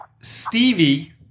Stevie